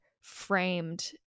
framed